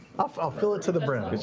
i'll fill it to the brim.